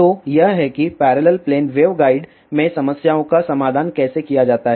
तो यह है कि पैरेलल प्लेन वेवगाइड में समस्याओं का समाधान कैसे किया जाता है